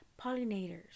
pollinators